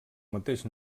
mateix